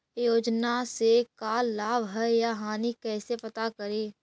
योजना से का लाभ है या हानि कैसे पता करी?